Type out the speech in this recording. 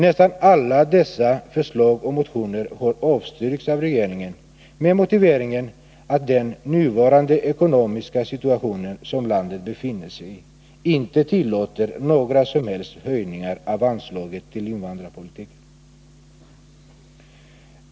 Nästan alla dessa motionsförslag har avslagits av riksdagen med motiveringen att den ekonomiska situation som landet befinner sig i inte tillåter några som helst höjningar av anslaget till invandrarpolitiken.